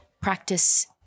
practice